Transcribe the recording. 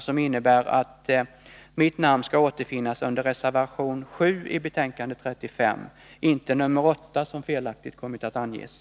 Det visar att mitt namn skall återfinnas under reservation 7 i betänkande 35, inte under nr 8 som felaktigt kommit att anges.